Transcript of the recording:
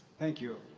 thank you.